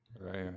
right